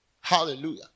Hallelujah